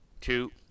two